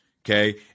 Okay